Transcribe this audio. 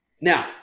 Now